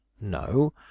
No